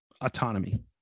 autonomy